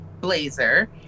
blazer